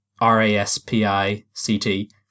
R-A-S-P-I-C-T